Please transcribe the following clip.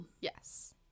Yes